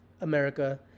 America